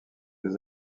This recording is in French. ses